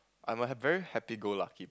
I'm a very happy go lucky